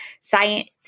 science